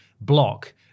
block